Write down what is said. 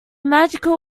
magical